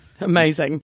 Amazing